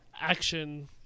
action